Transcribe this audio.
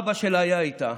אבא שלה היה איתה,